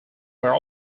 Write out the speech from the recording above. were